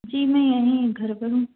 جی میں یہیں گھر پر ہوں